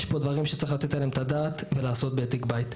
יש פה דברים שצריך לתת עליהם את הדעת ולעשות בדק בית.